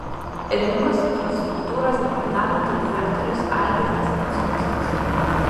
rinkos infrastruktūros departamento direktorius algirdas neciunskas